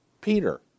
Peter